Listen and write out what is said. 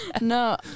No